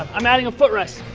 i'm adding a foot rest.